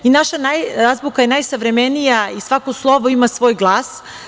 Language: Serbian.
I naša azbuka je najsavremenija i svako slovo ima svoj glas.